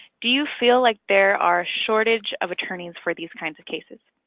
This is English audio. do you feel like there are shortage of attorneys for these kinds of cases?